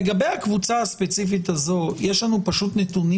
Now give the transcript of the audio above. לגבי הקבוצה הספציפית הזו יש לנו פשוט נתונים